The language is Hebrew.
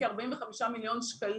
כ-45,000,000 ₪.